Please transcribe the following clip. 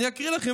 אני אקריא לכם,